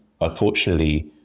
unfortunately